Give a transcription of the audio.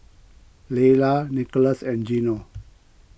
Laylah Nicklaus and Geno